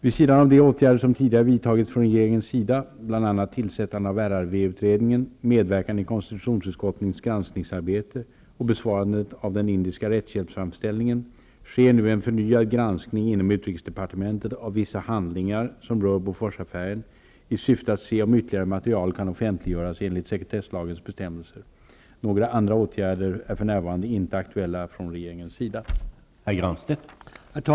Vid sidan av de åtgärder som tidigare vidtagits från regeringens sida -- bl.a. tillsättandet av RRV-utredningen, medverkan i konstitutionsutskottets granskningsarbete och besvarandet av den indiska rättshjälpsframställning en -- sker nu en förnyad granskning inom utrikesdepartementet av vissa handlingar som rör Boforsaffären, i syfte att se om ytterligare material kan offentliggöras enligt sekretesslagens bestämmelser. Några andra åtgärder är för närvarande inte aktuella från regeringens sida.